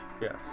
Yes